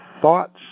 thoughts